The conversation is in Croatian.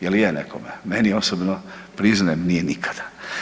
Jel je nekome, meni osobno priznajem nije nikada.